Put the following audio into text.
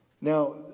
Now